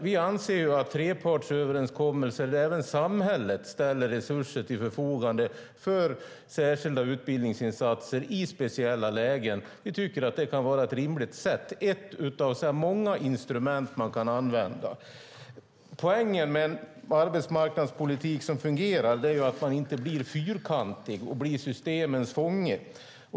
Vi anser att trepartsöverenskommelser, där även samhället ställer resurser till förfogande för särskilda utbildningsinsatser i speciella lägen, kan vara ett rimligt sätt. Det kan vara ett av många instrument som man kan använda. Poängen med en arbetsmarknadspolitik som fungerar är att man inte blir så att säga fyrkantig och systemens fånge.